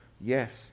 Yes